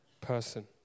person